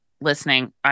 listening